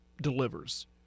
delivers